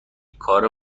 کار